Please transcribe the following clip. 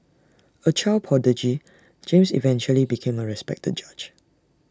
A child prodigy James eventually became A respected judge